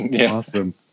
awesome